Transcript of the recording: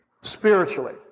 spiritually